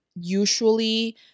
usually